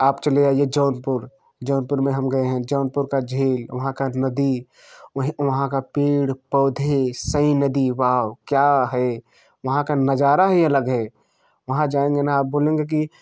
आप चले जाइए जौनपुर जौनपुर में हम गए हैं जौनपुर का झील वहाँ का नदी वहीँ वहाँ का पेड़ पौधे सई नदी वाओ क्या है वहाँ का नज़ारा ही अलग है वहाँ जाएँगे ना आप बोलेंगे कि